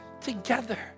together